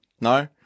No